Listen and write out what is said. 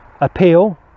appeal